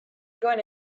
going